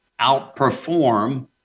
outperform